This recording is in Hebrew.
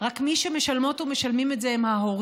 רק שמי שמשלמות ומשלמים את זה הם ההורים,